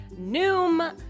Noom